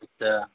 اچھا